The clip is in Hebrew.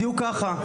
בדיוק ככה.